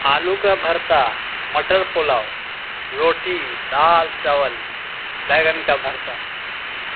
آلو کا بھرتا مٹر پلاؤ روٹی دال چاول بینگن کا بھرتا